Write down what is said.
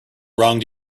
wronged